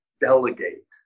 delegate